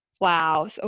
Wow